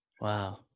Wow